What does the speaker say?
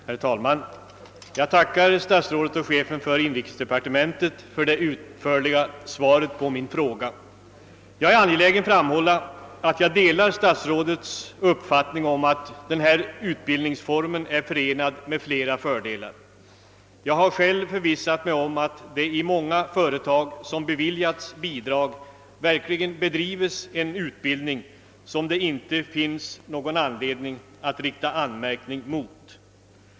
Herr talman! Jag tackar statsrådet och chefen för inrikesdepartementet för det utförliga svaret på min fråga. Jag är angelägen om att framhålla att jag i likhet med statsrådet har den uppfattningen att den aktuella utbildningsformen är förenad med flera fördelar. Jag har själv förvissat mig om att det vid många företag, som beviljats bidrag, verkligen bedrives en utbildning vilken det inte finns någon anledning att rikta anmärkning mot.